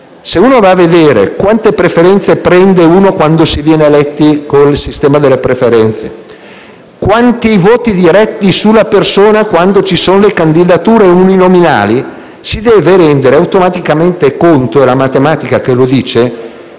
Andando a vedere quante preferenze si prendono quando si viene eletti con il sistema delle preferenze e quanti sono i voti diretti sulla persona con le candidature uninominali, ci si deve rendere automaticamente conto - è la matematica che lo dice